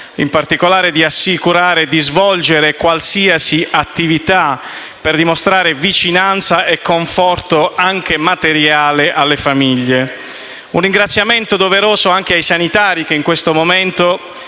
in particolare, di assicurare e di svolgere qualsiasi attività per dimostrare vicinanza e conforto, anche materiale, alle famiglie. Un ringraziamento doveroso va ai sanitari che in questo momento